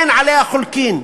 אין עליה חולקין,